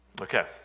Okay